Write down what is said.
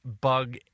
bug